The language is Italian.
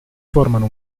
formano